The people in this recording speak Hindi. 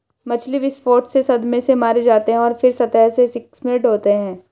मछली विस्फोट से सदमे से मारे जाते हैं और फिर सतह से स्किम्ड होते हैं